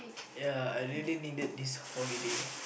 ya I really needed this holiday